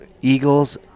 Eagles